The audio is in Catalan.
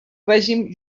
règim